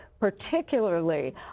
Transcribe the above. particularly